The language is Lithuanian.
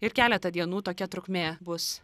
ir keletą dienų tokia trukmė bus